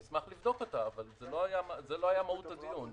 אשמח לבדוק אותה אבל זה לא היה מהות הדיון.